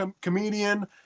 comedian